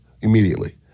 immediately